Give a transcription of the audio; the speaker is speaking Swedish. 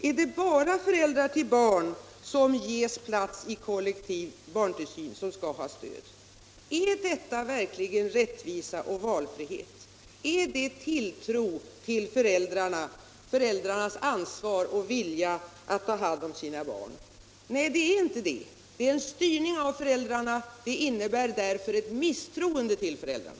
Är det bara föräldrar till barn som ges plats i kollektiv barntillsyn som skall ha stöd? Är detta verkligen rättvisa och valfrihet? Är det tilltro till föräldrarnas ansvar och vilja att ta hand om sina barn? Nej, det är inte det. Det är en styrning av föräldrarna. Det innebär därför ett misstroende mot föräldrarna.